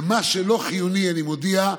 מה שלא חיוני, אני מודיע,